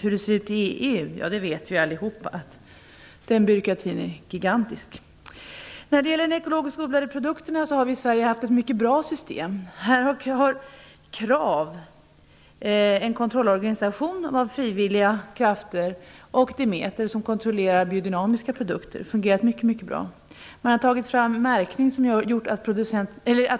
Vi vet ju att byråkratin i EU administrationen är gigantisk. När det gäller ekologiskt odlade produkter har vi i Sverige haft ett mycket bra system. Vi har KRAV, en kontrollorganisation med frivilliga krafter, och Demeter som kontrollerar biodynamiska produkter. De har fungerat mycket bra. Man har tagit fram en märkning som gjort att